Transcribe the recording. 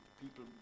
people